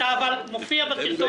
אבל אתה מופיע ומדבר בישיבה.